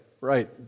right